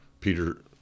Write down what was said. Peter